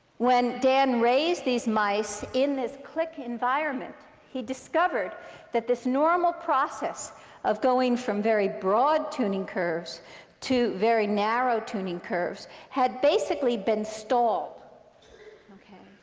when dan raised these mice in this click environment, he discovered that this normal process of going from very broad tuning curves to very narrow tuning curves had basically been stalled